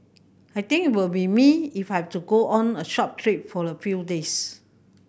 I think it will be me if I have to go on a short trip for a few days